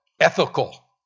ethical